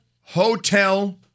hotel